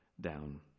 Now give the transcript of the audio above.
down